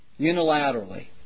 unilaterally